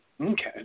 Okay